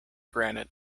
granite